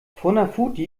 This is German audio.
funafuti